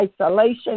isolation